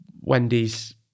Wendy's